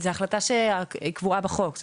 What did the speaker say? זאת החלטה שקבועה בחוק.